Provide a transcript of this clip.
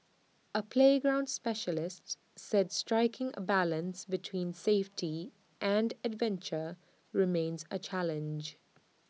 A playground specialist said striking A balance between safety and adventure remains A challenge